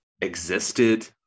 existed